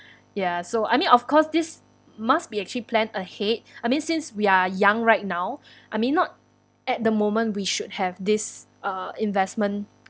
ya so I mean of course this must be actually planned ahead I mean since we're young right now I mean not at the moment we should have this uh investment